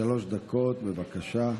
שלוש דקות, בבקשה.